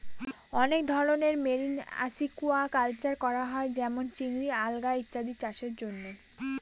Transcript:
অনেক ধরনের marine aquaculture করা হয় যেমন চিংড়ি, আলগা ইত্যাদি চাষের জন্য